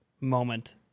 moment